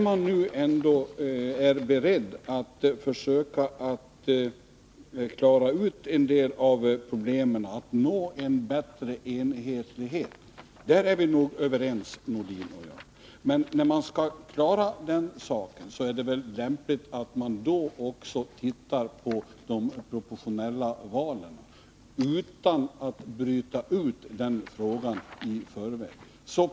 Man är nu beredd att försöka lösa en del av problemen och nå en bättre enhetlighet. Därom är vi nog överens, Sven-Erik Nordin och jag. Men då är det väl lämpligt att man även ser på de proportionella valen utan att bryta ut den frågan i förväg.